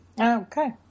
Okay